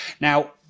now